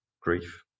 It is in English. grief